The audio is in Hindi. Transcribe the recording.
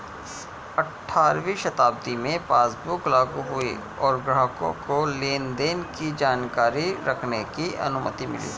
अठारहवीं शताब्दी में पासबुक लागु हुई और ग्राहकों को लेनदेन की जानकारी रखने की अनुमति मिली